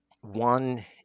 One